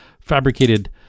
fabricated